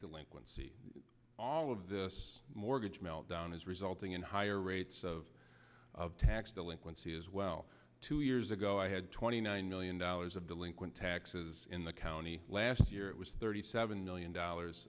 delinquency all of this mortgage meltdown is resulting in higher rates of tax delinquency as well two years ago i had twenty nine million dollars of delinquent taxes in the county last year it was thirty seven million dollars